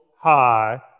high